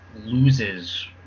loses